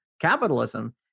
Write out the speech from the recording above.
capitalism